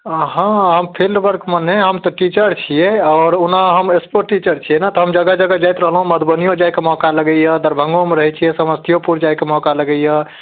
हँ हम फील्ड वर्कमे नहि हम तऽ टीचर छियै आओर ओना हम एस्पोर्ट टीचर छियै ने तऽ हम जगह जगह जाइत रहलहुँ मधुबनीओ जाइके मौका लगैया दरभङ्गोमे रहैत छियै समस्तीयोपुर जाइके मौका लगैया